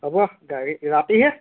হ'ব গাড়ী ৰাতিহে